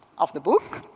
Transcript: of the book.